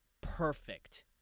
perfect